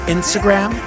Instagram